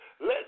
Let